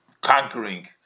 conquering